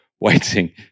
waiting